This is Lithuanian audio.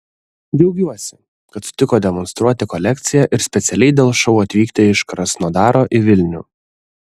džiaugiuosi kad sutiko demonstruoti kolekciją ir specialiai dėl šou atvykti iš krasnodaro į vilnių